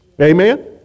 Amen